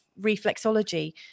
reflexology